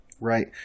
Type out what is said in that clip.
right